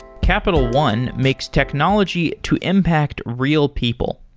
capital one makes technology to impact real people.